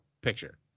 picture